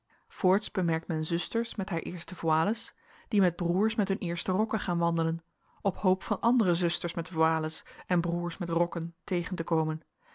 voorts bemerkt men zusters met haar eerste voiles die met broers met hun eerste rokken gaan wandelen op hoop van andere zusters met voiles en broers met rokken tegen te komen